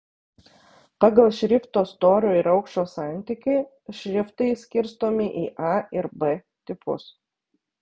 pagal šrifto storio ir aukščio santykį šriftai skirstomi į a ir b tipus